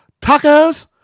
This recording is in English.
tacos